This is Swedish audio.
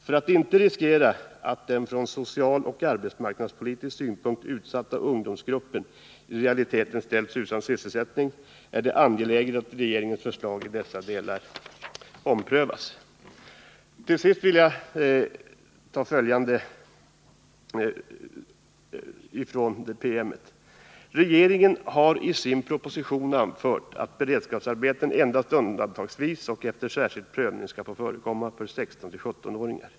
För att inte riskera att den från socialoch arbetsmarknadspolitisk synpunkt utsatta ungdomsgruppen i realiteten ställs utan sysselsättning är det angeläget att regeringens förslag i dessa delar omprövas.” Till sist vill jag anföra följande ur denna PM: ”Regeringen har i sin proposition anfört att beredskapsarbeten endast undantagsvis och efter särskild prövning skall få förekomma för 16-17-åringar.